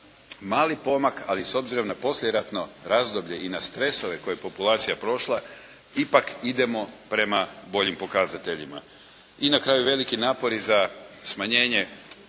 mali pomak ali s obzirom na poslijeratno razdoblje i na stresove koje je populacija prošla ipak idemo prema boljim pokazateljima. I na kraju veliki napori za smanjenje